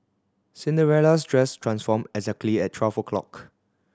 Cinderella's dress transformed exactly at twelve o'clock